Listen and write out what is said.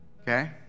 Okay